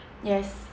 yes